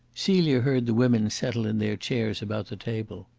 celia heard the women settle in their chairs about the table.